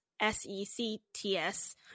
S-E-C-T-S